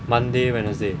monday wednesday